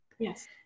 yes